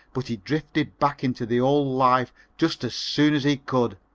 but he drifted back into the old life just as soon as he could.